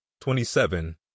Twenty-seven